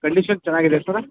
condition ಚೆನ್ನಾಗಿದೆ ಸರ